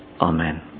Amen